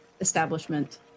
Establishment